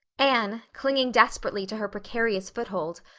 anne, clinging desperately to her precarious foothold,